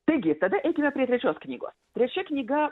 taigi tada eikime prie trečios knygos trečia knyga